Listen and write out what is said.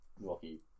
rocky